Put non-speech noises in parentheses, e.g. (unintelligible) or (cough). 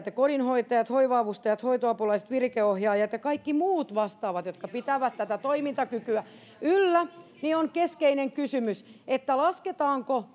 (unintelligible) ja kodinhoitajat hoiva avustajat hoitoapulaiset virikeohjaajat ja kaikki muut vastaavat jotka pitävät toimintakykyä yllä on keskeinen kysymys lasketaanko (unintelligible)